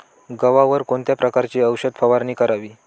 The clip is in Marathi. गव्हावर कोणत्या प्रकारची औषध फवारणी करावी?